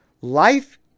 Life